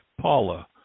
Paula